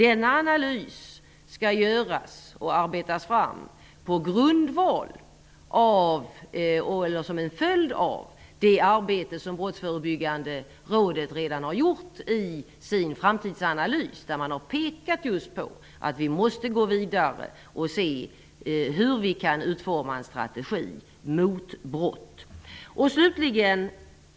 En analys skall arbetas fram som en följd av det arbete som Brottsförebyggande rådet redan har gjort i sin framtidsanalys. Där har man pekat på att vi måste gå vidare och se hur vi kan utforma en strategi mot brott.